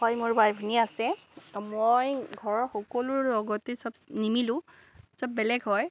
হয় মোৰ বাই ভনী আছে মই ঘৰৰ সকলোৰে লগতে চব নিমিলোঁ চব বেলেগ হয়